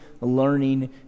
learning